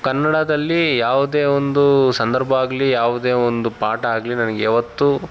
ಕನ್ನಡದಲ್ಲಿ ಯಾವುದೇ ಒಂದು ಸಂದರ್ಭ ಆಗಲಿ ಯಾವುದೇ ಒಂದು ಪಾಠ ಆಗಲಿ ನನಗೆ ಯಾವತ್ತೂ